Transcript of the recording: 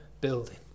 building